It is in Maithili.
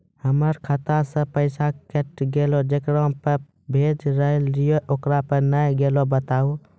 हमर खाता से पैसा कैट गेल जेकरा पे भेज रहल रहियै ओकरा पे नैय गेलै बताबू?